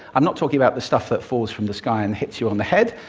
i'm not talking about the stuff that falls from the sky and hits you on the head.